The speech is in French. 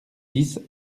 dix